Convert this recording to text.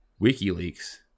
WikiLeaks